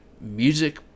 music